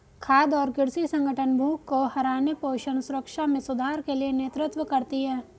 खाद्य और कृषि संगठन भूख को हराने पोषण सुरक्षा में सुधार के लिए नेतृत्व करती है